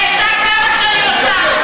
אני אצעק כמה שאני רוצה.